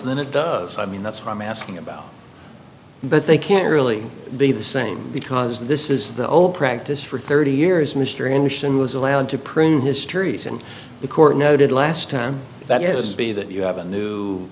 does then it does i mean that's what i'm asking about but they can't really be the same because this is the old practice for thirty years mr emission was allowed to print histories and the court noted last time that it has to be that you have a new